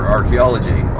archaeology